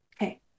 okay